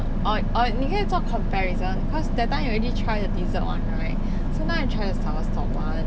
or or 你可以做 comparison cause that time you already try the dessert [one] right so now you try the soursop [one]